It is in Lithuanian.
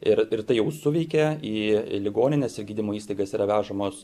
ir ir tai jau suveikė į ligonines ir gydymo įstaigas yra vežamos